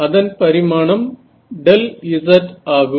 அதன் பரிமாணம் Δz ஆகும்